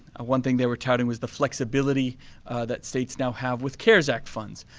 one thing they were touting was the flexibility that states now have with cares act funds.